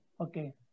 Okay